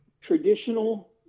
traditional